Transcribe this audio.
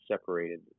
separated